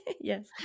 Yes